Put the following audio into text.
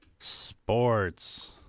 Sports